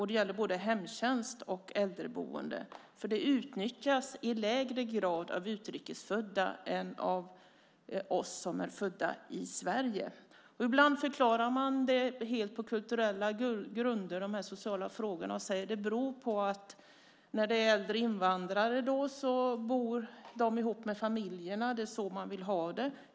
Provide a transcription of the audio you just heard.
Det gäller både hemtjänst och äldreboende. Dessa tjänster utnyttjas i lägre grad av utrikes födda än av oss som är födda i Sverige. Ibland förklarar man dessa sociala frågor på kulturell grund och säger att det beror på att äldre invandrare bor tillsammans med sina familjer. Det är så man vill ha det.